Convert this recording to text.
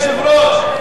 אדוני היושב-ראש,